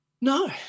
No